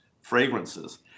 fragrances